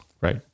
Right